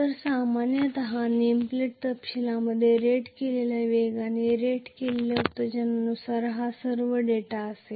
तर सामान्यत name plate तपशिलामध्ये रेट केलेल्या वेगाने रेट केलेल्या उत्तेजनानुसार हा सर्व डेटा असेल